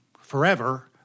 forever